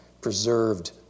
preserved